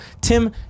tim